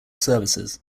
services